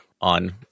on